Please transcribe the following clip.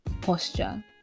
posture